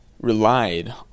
relied